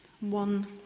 one